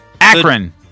Akron